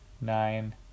nine